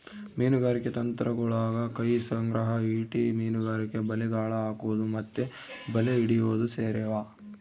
ಮೀನುಗಾರಿಕೆ ತಂತ್ರಗುಳಗ ಕೈ ಸಂಗ್ರಹ, ಈಟಿ ಮೀನುಗಾರಿಕೆ, ಬಲೆ, ಗಾಳ ಹಾಕೊದು ಮತ್ತೆ ಬಲೆ ಹಿಡಿಯೊದು ಸೇರಿವ